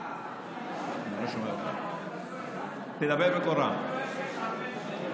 רואה שיש הרבה לחוק,